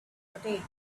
rotate